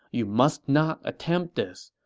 you must not attempt this.